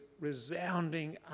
resounding